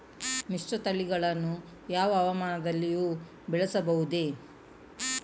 ಮಿಶ್ರತಳಿಗಳನ್ನು ಯಾವ ಹವಾಮಾನದಲ್ಲಿಯೂ ಬೆಳೆಸಬಹುದೇ?